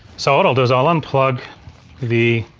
so what i'll do is i'll unplug the,